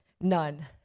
None